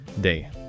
day